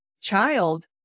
child